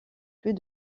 plus